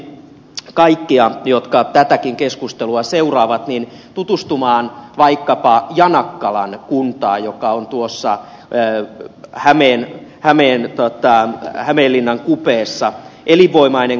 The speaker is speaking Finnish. kannustaisin kaikkia jotka tätäkin keskustelua seuraavat tutustumaan vaikkapa janakkalan kuntaan joka on tuossa ja hämeen hämeen kautta mene hämeenlinnan kupeessa elinvoimainen kunta